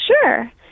Sure